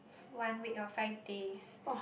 one week loh five days